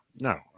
no